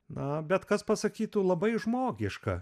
na bet kas pasakytų labai žmogiška